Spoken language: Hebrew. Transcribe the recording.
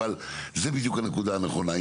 אבל זו בדיוק הנקודה הנכונה.